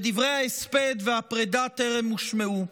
ודברי ההספד והפרידה טרם הושמעו,